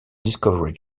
discovery